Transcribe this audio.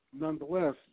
nonetheless